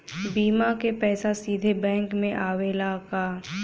बीमा क पैसा सीधे बैंक में आवेला का?